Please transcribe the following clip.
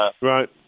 Right